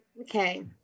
Okay